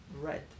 red